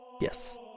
Yes